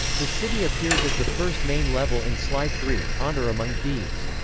the city appears as the first main level in sly three honor among thieves.